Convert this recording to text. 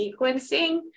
sequencing